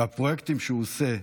והפרויקטים שהוא עושה,